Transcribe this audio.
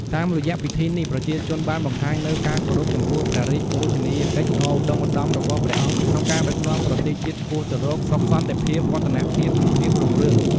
តាមរយៈពិធីនេះ ប្រជាជនបានបង្ហាញនូវការគោរពចំពោះព្រះរាជបូជនីយកិច្ចដ៏ឧត្តុង្គឧត្តមរបស់ព្រះអង្គក្នុងការដឹកនាំប្រទេសជាតិឆ្ពោះទៅរកសុខសន្តិភាព វឌ្ឍនភាព និងភាពរុងរឿង។